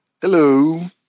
Hello